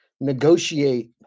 negotiate